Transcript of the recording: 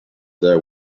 the